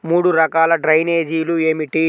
మూడు రకాల డ్రైనేజీలు ఏమిటి?